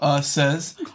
says